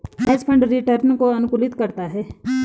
hedge fund return को अनुकूलित करता है